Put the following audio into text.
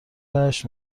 هشت